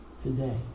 today